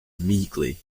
meekly